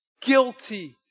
guilty